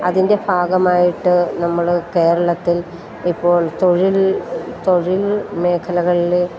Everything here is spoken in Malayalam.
അതിൻ്റെ ഭാഗമായിട്ട് നമ്മൾ കേരളത്തിൽ ഇപ്പോൾ തൊഴിൽ തൊഴിൽ മേഖലകളിലെ